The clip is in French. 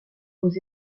aux